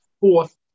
fourth